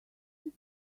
mrs